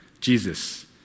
Jesus